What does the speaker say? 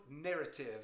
narrative